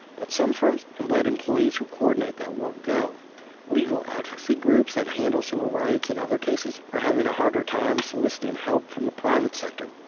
but some firms have let employees who coordinate that work go legal advocacy groups that handle civil rights and other cases are having a harder time soliciting help from the private sector.